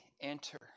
enter